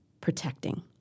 protecting